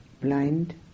blind